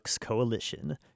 coalition